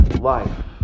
life